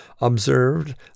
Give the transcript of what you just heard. observed